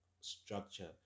structure